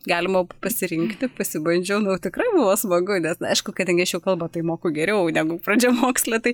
galima pasirinkti pasibandžiau nu tikrai buvo smagu ne aišku kadangi aš jau kalbą tai moku geriau negu pradžiamokslė tai